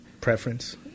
Preference